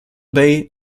bay